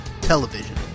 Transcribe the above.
Television